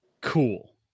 cool